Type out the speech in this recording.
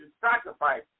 sacrifice